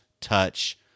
touch